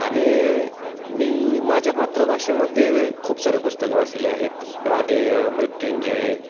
आणि मी माझ्या मातृभाषेमध्ये खूप सारे पुस्तकं वाचले आहेत राधेय मृत्युंजय